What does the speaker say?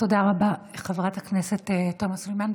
תודה רבה, חברת הכנסת תומא סלימאן.